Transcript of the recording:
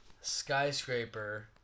Skyscraper